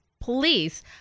police